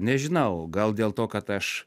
nežinau gal dėl to kad aš